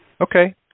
Okay